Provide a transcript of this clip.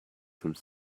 some